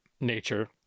nature